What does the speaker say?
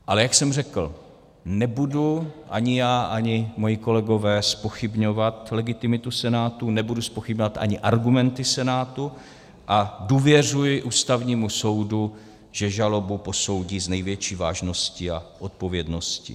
Ale jak jsem řekl, nebudu ani já, ani moji kolegové zpochybňovat legitimitu Senátu, nebudu zpochybňovat ani argumenty Senátu a důvěřuji Ústavnímu soudu, že žalobu posoudí s největší vážností a odpovědností.